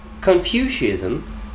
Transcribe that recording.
Confucianism